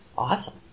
Awesome